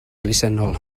elusennol